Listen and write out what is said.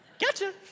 Gotcha